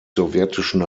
sowjetischen